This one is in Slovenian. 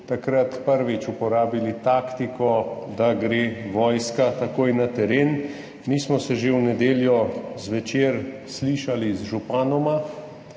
takrat prvič uporabili taktiko, da gre vojska takoj na teren. Mi smo se že v nedeljo zvečer slišali z županoma,